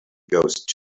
ghost